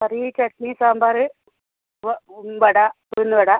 കറി ചട്നി സാമ്പാറ് ഉവ്വ് വട ഉഴുന്ന് വട